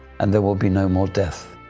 and there'll be no more death.